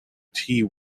tea